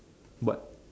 but